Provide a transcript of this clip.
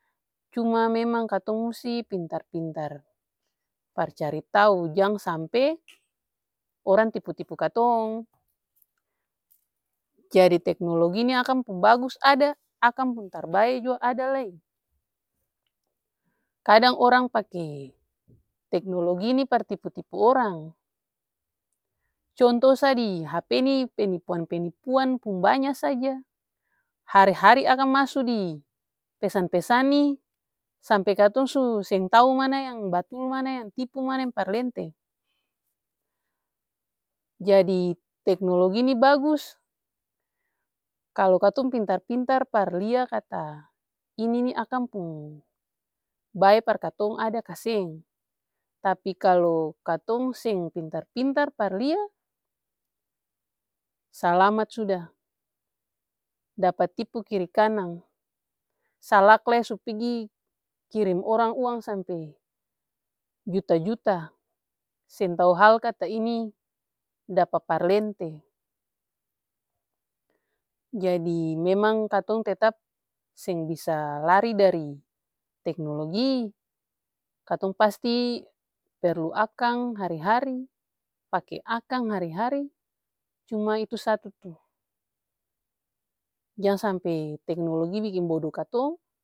Cuma memang katong musti pintar-pintar par cari tau jang sampe orang tipu-tipu katong. Jadi teknologi nih akang pung bagus ada akang pung tarbae jua ada lai. Kadang orang pake teknologi nih par tipu-tipu orang. Conto sa di hp nih penipuan-penipuan pung banya saja, hari-hari akang maso dipesan-pesan nih sampe katong su seng tau mana yang batul mana yang tipu mana yang parlente. Jadi teknologi nih bagus kalu katong pintar-pintar par lia kata ini nih akang pung bae par katong ada kaseng. Tapi kalu katong seng pintar-pintar par lia salamat suda dapa tipu kiri kanang, salak lai su pigi kirim orang uang sampe juta-juta seng tau hal kata ini dapa parlente. Jadi katong memang tetap seng bisa lari dari teknologi, katong pasti perlu akang hari-hari, pake akang hari-hari cuma itu satu tuh jang sampe teknologi biking bodo katong.